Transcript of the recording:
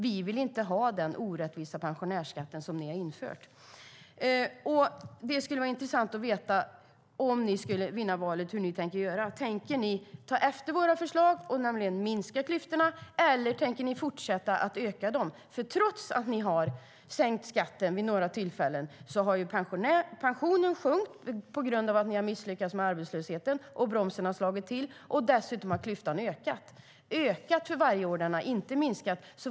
Vi vill inte ha den orättvisa pensionärsskatt som ni har infört. Det skulle vara intressant att veta hur ni tänker göra om ni skulle vinna valet. Tänker ni ta efter våra förslag och minska klyftorna, eller tänker ni fortsätta att öka dem? Trots att ni har sänkt skatten vid några tillfällen har pensionerna sjunkit på grund av att ni har misslyckats med arbetslösheten och att bromsen har slagit till. Dessutom har klyftan ökat för varje år, inte minskat.